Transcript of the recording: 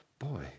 Boy